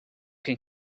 can